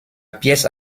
pièce